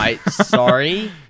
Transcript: Sorry